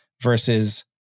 versus